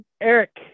Eric